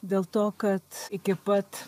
dėl to kad iki pat